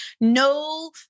no